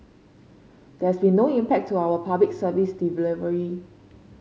there has been no impact to our Public Service delivery